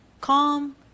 calm